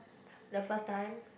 the first time